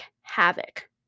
havoc